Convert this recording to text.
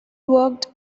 worked